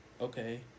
okay